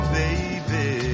baby